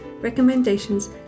recommendations